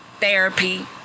Therapy